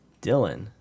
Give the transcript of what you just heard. Dylan